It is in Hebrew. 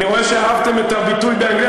אני רואה שאהבתם את הביטוי באנגלית,